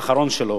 אחרון שלו,